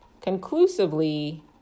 conclusively